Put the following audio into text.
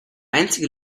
einzige